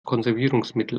konservierungsmittel